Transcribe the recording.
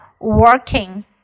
working